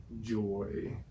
joy